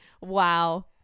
Wow